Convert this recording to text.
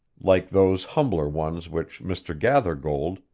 like those humbler ones which mr. gathergold,